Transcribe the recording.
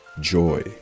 Joy